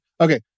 Okay